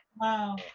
wow